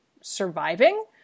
surviving